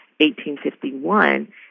1851